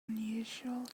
unusual